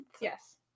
Yes